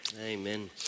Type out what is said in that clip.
amen